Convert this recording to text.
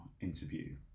interview